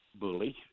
bully